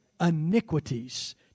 iniquities